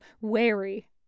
wary